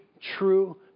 true